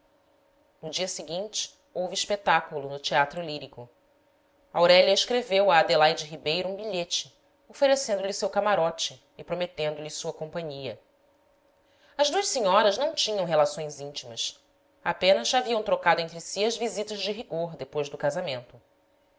no dia seguinte houve espetáculo no teatro lírico aurélia escreveu a adelaide ribeiro um bilhete oferecendo-lhe o seu camarote e prometendo lhe sua companhia as duas senhoras não tinham relações íntimas apenas haviam trocado entre si as visitas de rigor depois do casamento